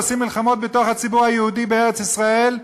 ועושים מלחמות בתוך הציבור היהודי בארץ-ישראל.